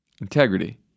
Integrity